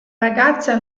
ragazza